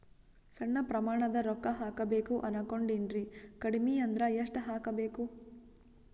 ಸಣ್ಣ ಪ್ರಮಾಣದ ರೊಕ್ಕ ಹಾಕಬೇಕು ಅನಕೊಂಡಿನ್ರಿ ಕಡಿಮಿ ಅಂದ್ರ ಎಷ್ಟ ಹಾಕಬೇಕು?